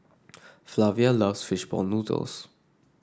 Flavia loves fish ball noodles